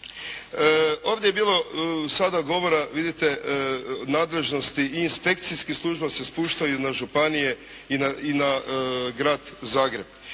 Ovdje je bilo sada govora, vidite, nadležnosti i inspekcijskih služba se spuštaju na županije i na Grad Zagreb.